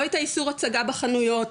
לא את האיסור הצגה בחנויות,